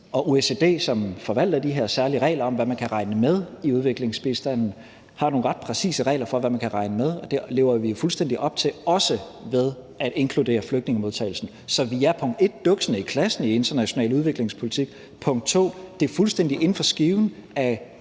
OECD, som forvalter de her særlige regler om, hvad man kan regne med i udviklingsbistanden, har nogle ret præcise regler for, hvad man kan regne med, og dem lever vi fuldstændig op til, også ved at inkludere flygtningemodtagelsen. Punkt 1, så er vi duksene i klassen i international udviklingspolitik; punkt 2, det er fuldstændig inden for skiven af